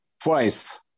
twice